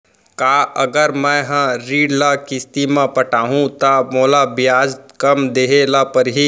का अगर मैं हा ऋण ल किस्ती म पटाहूँ त मोला ब्याज कम देहे ल परही?